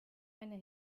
eine